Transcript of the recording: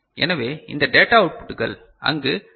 எனவே இந்த டேட்டா அவுட்புட்கள் அங்கு டி